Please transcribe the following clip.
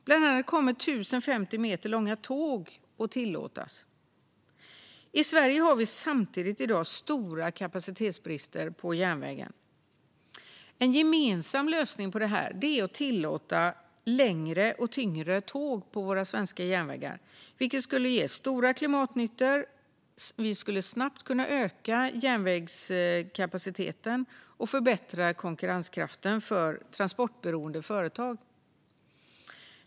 Bland annat kommer 1 050 meter långa tåg att tillåtas. I Sverige har vi samtidigt i dag stora kapacitetsbrister på järnvägen. En gemensam lösning är att tillåta längre och tyngre tåg på våra svenska järnvägar, vilket skulle ge stora klimatnyttor. Vi skulle också snabbt kunna öka järnvägskapaciteten och förbättra konkurrenskraften för transportberoende företag.